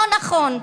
לא נכון.